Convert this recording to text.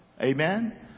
Amen